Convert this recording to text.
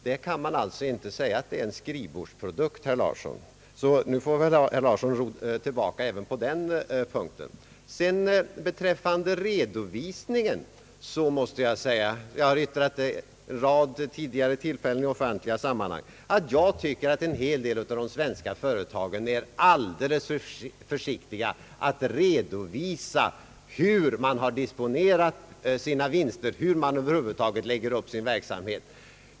Detta kan alltså inte sägas vara någon skrivbordsprodukt, så nu får väl herr Larsson ro tillbaka även på den punkten. Beträffande redovisningen vill jag säga — jag har yttrat mig i den frågan vid en rad tidigare tillfällen i offentliga sammanhang — att jag tycker att en hel del av de svenska företagen är alldeles för försiktiga när det gäller att redovisa hur vinsterna har disponerats och över huvud taget hur man lagt upp sin verksamhet.